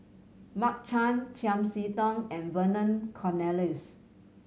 Mark Chan Chiam See Tong and Vernon Cornelius